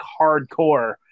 hardcore